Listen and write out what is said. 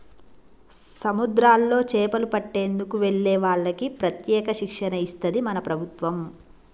సముద్రాల్లో చేపలు పట్టేందుకు వెళ్లే వాళ్లకి ప్రత్యేక శిక్షణ ఇస్తది మన ప్రభుత్వం